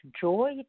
joy